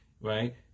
Right